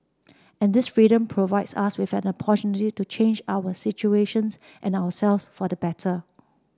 and this freedom provides us with an to change our situations and ourselves for the better